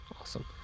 Awesome